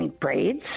braids